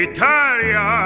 Italia